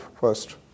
first